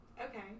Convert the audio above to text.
Okay